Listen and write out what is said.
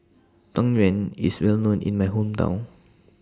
Tang Yuen IS Well known in My Hometown